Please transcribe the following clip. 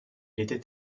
était